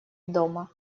дома